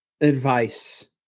advice